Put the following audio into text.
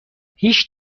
هیچ